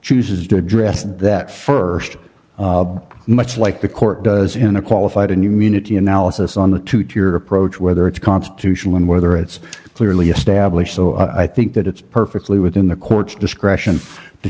chooses to address that st much like the court does in a qualified and you munity analysis on the two to your approach whether it's constitutional and whether it's clearly established so i think that it's perfectly within the court's discretion to